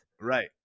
Right